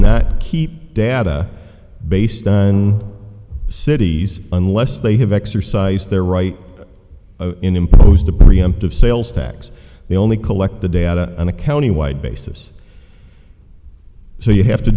not keep data based on cities unless they have exercised their right in imposed a preemptive sales tax they only collect the data on a county wide basis so you have to